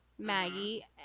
Maggie